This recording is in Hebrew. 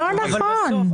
לא נכון.